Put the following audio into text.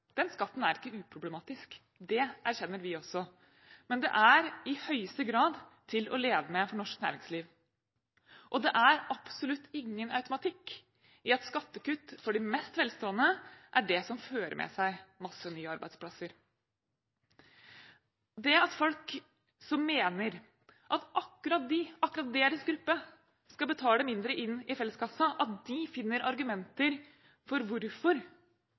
Den skatten er ikke uproblematisk – det erkjenner vi også – men den er i høyeste grad til å leve med for norsk næringsliv, og det er absolutt ingen automatikk i at skattekutt for de mest velstående er det som fører med seg masse nye arbeidsplasser. At folk mener at akkurat de, akkurat deres gruppe, skal betale mindre inn i felleskassa, og at de finner argumenter for hvorfor,